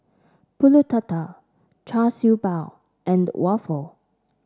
pulut Tatal Char Siew Bao and waffle